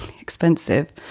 expensive